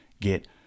get